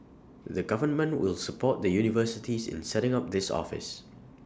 the government will support the universities in setting up this office